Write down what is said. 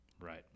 Right